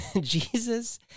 Jesus